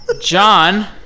John